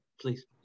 please